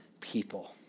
people